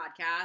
podcast